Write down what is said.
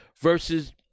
versus